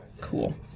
Cool